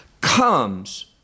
comes